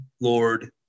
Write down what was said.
Lord